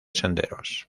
senderos